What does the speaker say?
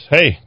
Hey